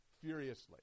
furiously